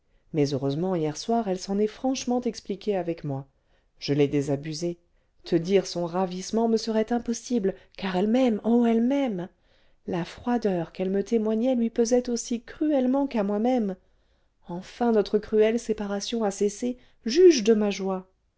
mais heureusement hier soir elle s'en est franchement expliquée avec moi je l'ai désabusée te dire son ravissement me serait impossible car elle m'aime oh elle m'aime la froideur qu'elle me témoignait lui pesait aussi cruellement qu'à moi-même enfin notre cruelle séparation a cessé juge de ma joie